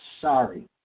sorry